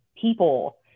people